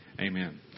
Amen